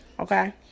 Okay